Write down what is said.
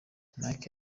mike